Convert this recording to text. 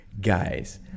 guys